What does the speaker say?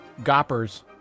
goppers